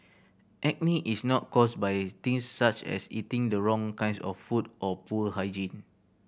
acne is not caused by things such as eating the wrong kinds of food or poor hygiene